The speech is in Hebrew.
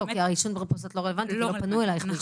העישון במרפסות לא רלוונטי כי לא פנו אלייך בעישון